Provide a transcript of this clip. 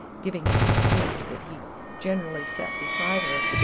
giving as excuse that he gen'ally set beside her,